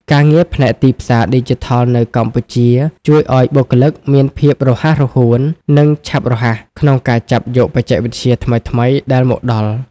ការងារផ្នែកទីផ្សារឌីជីថលនៅកម្ពុជាជួយឱ្យបុគ្គលិកមានភាពរហ័សរហួន និងឆាប់រហ័សក្នុងការចាប់យកបច្ចេកវិទ្យាថ្មីៗដែលមកដល់។